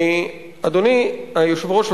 אדוני היושב-ראש,